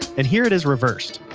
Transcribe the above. and here it is reversed.